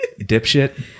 Dipshit